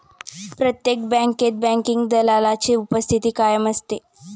प्रत्येक बँकेत बँकिंग दलालाची उपस्थिती कायम असते